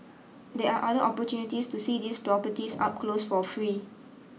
there are other opportunities to see these properties up close for free